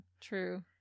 true